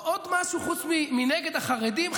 עוד משהו חוץ מנגד החרדים?